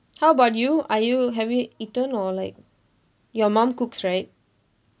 how about you are you have you eaten or like your mum cooks right